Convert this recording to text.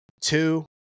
two